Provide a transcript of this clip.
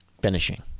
Finishing